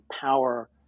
power